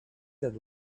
that